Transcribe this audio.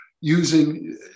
using